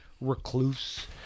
recluse